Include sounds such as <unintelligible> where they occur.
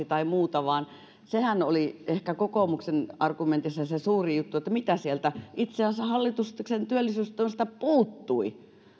<unintelligible> tai muut vaan ehkä kokoomuksen argumentissa se se suurin juttu oli se mitä sieltä hallituksen työllisyystoimista puuttui